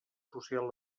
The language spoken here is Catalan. social